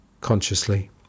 consciously